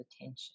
attention